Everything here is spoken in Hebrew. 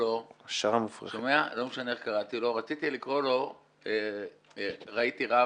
לא משנה איך קראתי לו, רציתי לקרוא לו "ראיתי רב".